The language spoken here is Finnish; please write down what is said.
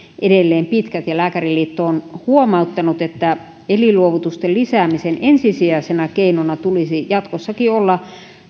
edelleen pitkät ja lääkäriliitto on huomauttanut että elinluovutusten lisäämisen ensisijaisena keinona tulisi jatkossakin olla